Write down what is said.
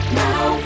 now